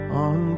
on